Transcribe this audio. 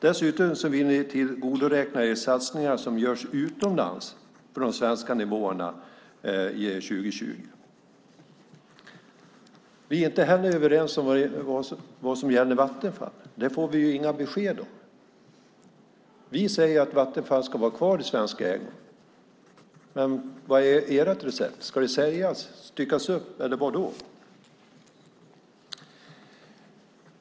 Dessutom vill ni tillgodoräkna er satsningar som görs utomlands för de svenska nivåerna i "EU 2020". Vi är inte heller överens om vad som gäller Vattenfall. Det får vi inga besked om. Vi säger att Vattenfall ska vara kvar i svensk ägo. Vad är ert recept? Ska det säljas, styckas upp eller vad?